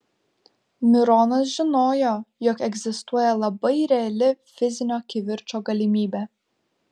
mironas žinojo jog egzistuoja labai reali fizinio kivirčo galimybė